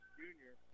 junior